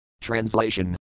Translation